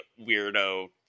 weirdo